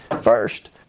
First